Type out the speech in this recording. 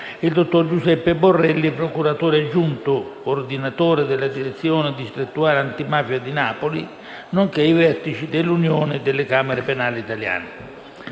il dottor Giuseppe Borrelli, procuratore aggiunto coordinatore della direzione distrettuale antimafia di Napoli, nonché i vertici dell'Unione delle camere penali italiane.